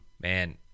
man